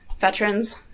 veterans